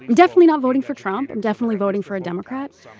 definitely not voting for trump. i'm definitely voting for a democrat.